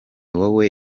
wowe